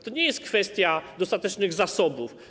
To nie jest kwestia dostatecznych zasobów.